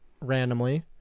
randomly